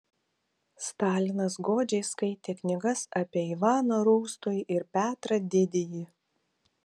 stalinas godžiai skaitė knygas apie ivaną rūstųjį ir petrą didįjį